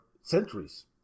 centuries